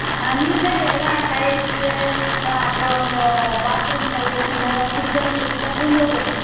நீங்களே எல்லா டைல்ஸ்ஸு அப்புறம் இந்த பாத்ரூம் டைல்ஸ்ங்க கிச்சன் டைல்ஸெல்லாம் நீங்களே போட்டுடுவீங்களா